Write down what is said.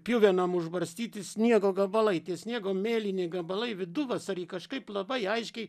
pjuvenom užbarstyti sniego gabalai tie sniego mėlyni gabalai viduvasarį kažkaip labai aiškiai